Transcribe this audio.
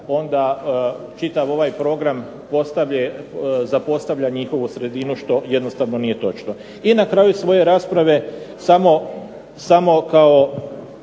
onda ovaj čitav program zapostavlja njihovu sredinu što jednostavno nije točno. I na kraju svoje rasprave samo kao